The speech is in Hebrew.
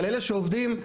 אבל אלה שעובדים הם